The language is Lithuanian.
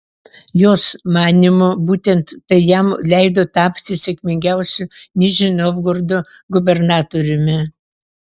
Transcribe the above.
jos manymu būtent tai jam leido tapti sėkmingiausiu nižnij novgorodo gubernatoriumi